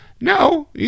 no